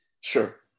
Sure